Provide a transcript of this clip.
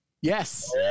Yes